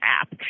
app